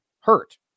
hurt